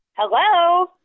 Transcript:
Hello